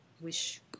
wish